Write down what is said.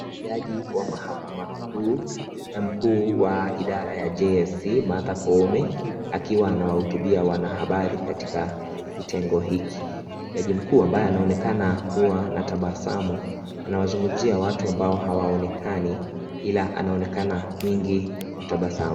Jaji wa mahakama kuu na mkuu wa idara ya JSC Martha Koome akiwa anawahutubia wana habari katika kotengo hiki jaji mkuu ambaye anaonekana kuwa na tabasamu anawazungumzia watu ambao hawaonekani hila anaonekana mwingi wa tabasamu.